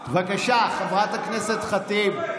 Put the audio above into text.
בבקשה, חברת הכנסת ח'טיב.